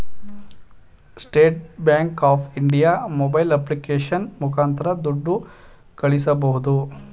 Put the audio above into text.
state Bank of India mobile application ಮುಖಾಂತರ ದುಡ್ಡು ಕಳಿಸಬೋದು